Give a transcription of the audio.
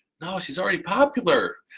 no, she's already popular,